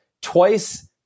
twice